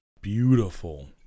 beautiful